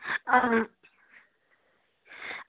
आं